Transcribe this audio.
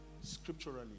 scripturally